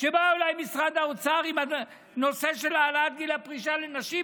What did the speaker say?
כשבאו אליי ממשרד האוצר עם הנושא של העלאת גיל הפרישה לנשים,